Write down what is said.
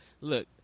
Look